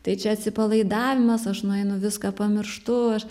tai čia atsipalaidavimas aš nueinu viską pamirštu aš